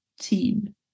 team